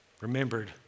Remembered